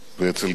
ואצל גנדי